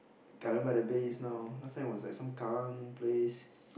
Garden by the Bay is now last time was like some Kallang place